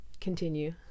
Continue